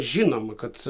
žinoma kad